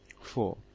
Four